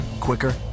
quicker